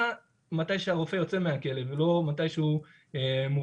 מתי שהרופא יוצא מהכלא ולא מתי שהוא מורשע.